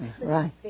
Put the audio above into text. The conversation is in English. Right